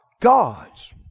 gods